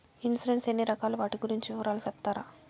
Insurance ఎన్ని రకాలు వాటి గురించి వివరాలు సెప్తారా?